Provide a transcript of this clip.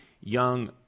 young